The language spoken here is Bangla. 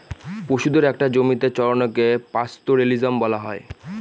পশুদের একটা জমিতে চড়ানোকে পাস্তোরেলিজম বলা হয়